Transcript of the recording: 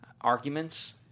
arguments